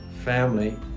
family